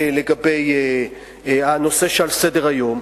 לגבי הנושא שעל סדר-היום.